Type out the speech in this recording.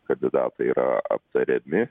kandidatai yra aptariami